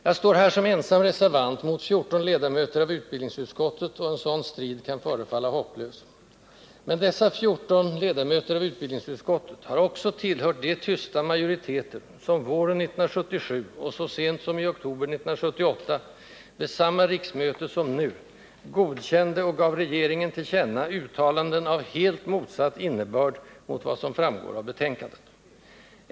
Jag står här som ensam reservant, mot 14 ledamöter av utbildningsutskottet, och en sådan strid kan förefalla hopplös. Men dessa 14 ledamöter av utbildningsutskottet har också tillhört de tysta majoriteter som våren 1977, och så sent som i oktober 1978, vid samma riksmöte som nu, godkände och gav regeringen till känna uttalanden av helt motsatt innebörd mot vad som framgår av betänkandet.